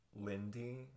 lindy